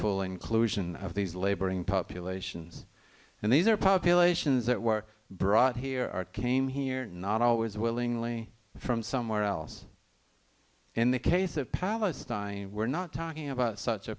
full inclusion of these laboring populations and these are populations that were brought here are came here not always willingly from somewhere else in the case of palestine we're not talking about such a